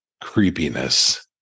creepiness